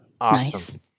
Awesome